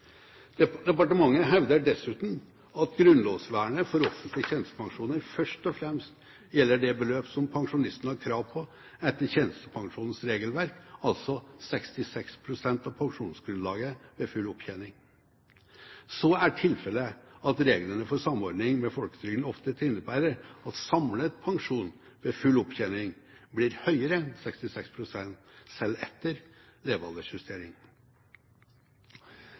arbeidsavtalen. Departementet hevder dessuten at grunnlovsvernet for offentlige tjenestepensjoner først og fremst gjelder det beløp som pensjonisten har krav på etter tjenestepensjonens regelverk, altså 66 pst. av pensjonsgrunnlaget ved full opptjening. Så er tilfellet at reglene for samordning med folketrygden ofte innebærer at samlet pensjon ved full opptjening blir høyere enn 66 pst., selv etter levealdersjustering.